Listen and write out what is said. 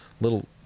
little